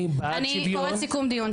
אני קוראת סיכום דיון,